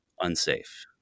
unsafe